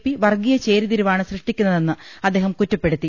P വർഗീയ ചേരിതിരിവാണ് സൃഷ്ടിക്കുന്നതെന്ന് അദ്ദേഹം കുറ്റപ്പെടുത്തി